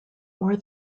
more